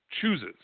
chooses